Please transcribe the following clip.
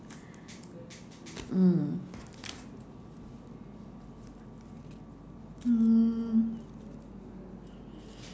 mm mm